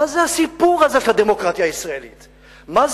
מה הסיפור הזה של הדמוקרטיה הישראלית?